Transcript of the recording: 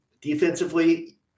defensively